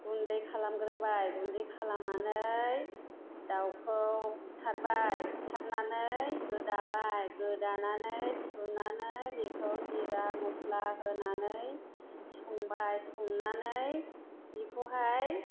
गुन्दै खालामग्रोबाय गुन्दै खालामनानै दाउखौ बुथारबाय बुथारनानै गोदाबाय गोदानानै सुनानै बेखौ जिरा मस्ला होनानै संबाय संनानै बिखौहाय